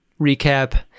recap